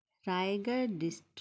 Raigad district